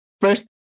First